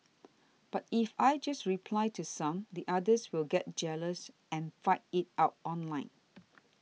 but if I just reply to some the others will get jealous and fight it out online